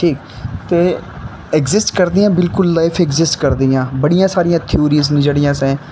ठीक ते इग्जिस्ट करदियां बिलकुल लाइफ इग्जिस्ट करदियां बड़ियां सारियां क्यूरिइस न जेह्ड़ियां असें